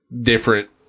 different